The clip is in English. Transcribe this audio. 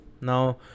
Now